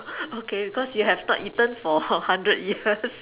okay because you have not eaten for hundred years